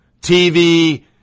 TV